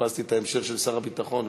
חיפשתי את ההמשך של שר הביטחון,